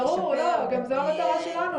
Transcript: ברור, זו גם המטרה שלנו.